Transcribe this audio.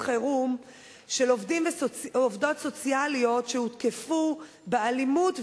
חירום של עובדים ועובדות סוציאליים שהותקפו באלימות,